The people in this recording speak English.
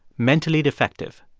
mentally defective.